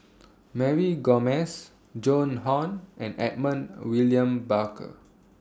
Mary Gomes Joan Hon and Edmund William Barker